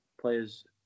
players